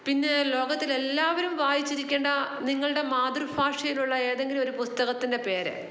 പിന്നെ ലോകത്തിൽ എല്ലാവരും വായിച്ചിരിക്കേണ്ട നിങ്ങളുടെ മാതൃഭാഷയിൽ ഉള്ള ഏതെങ്കിലും ഒരു പുസ്തകത്തിന്റെ പേര്